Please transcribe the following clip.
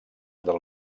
del